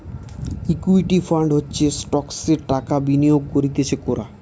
equity fund হচ্ছে স্টকসে টাকা বিনিয়োগ করতিছে কোরা